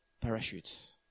Parachute